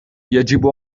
يجب